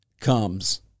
comes